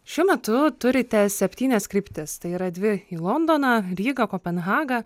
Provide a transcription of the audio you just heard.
šiuo metu turite septynias kryptis tai yra dvi į londoną rygą kopenhagą